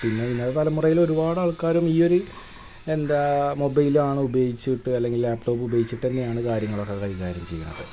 പിന്നെ ഇന്നത്തെ തലമുറയിലൊരുപാട് ആൾക്കാർ ഈ ഒരു എന്താ മൊബൈലാണുപയോഗിച്ചിട്ട് അല്ലെങ്കിൽ ലാപ്പ് ടോപ്പ് ഉപയോഗിച്ചിട്ടു തന്നെയാണ് കാര്യങ്ങളൊക്കെ കൈകാര്യം ചെയ്യണത്